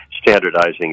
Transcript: standardizing